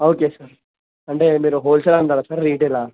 okay sir అంటే మీరు wholesale అమ్ముతారా సార్ రిటైలా